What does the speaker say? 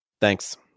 Thanks